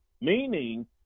meaning